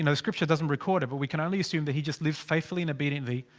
you know scripture doesn't record it, but we can only assume that he just lived faithfully and obediently.